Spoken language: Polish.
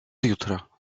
jutra